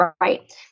right